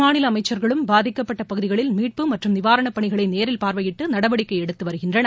மாநில அமைச்சர்களும் பாதிக்கப்பட்ட பகுதிகளில் மீட்பு மற்றும் நிவாரண பணிகளை நேரில் பார்வையிட்டு நடவடிக்கை எடுத்து வருகின்றனர்